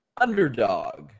underdog